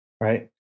right